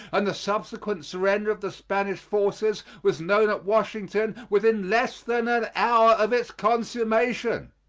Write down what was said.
and the subsequent surrender of the spanish forces was known at washington within less than an hour of its consummation.